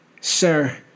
Sir